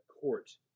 court